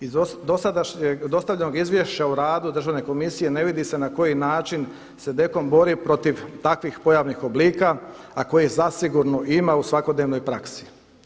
Iz dostavljenog Izvješća o radu Državne komisije ne vidi se na koji način se DKOM bori protiv takvih pojavnih oblika a koje zasigurno ima u svakodnevnoj praksi.